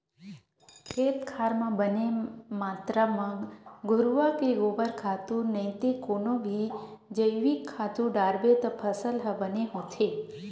खेत खार म बने मातरा म घुरूवा के गोबर खातू नइते कोनो भी जइविक खातू डारबे त फसल ह बने होथे